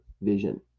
vision